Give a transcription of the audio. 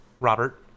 Robert